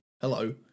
hello